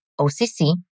OCC